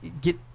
Get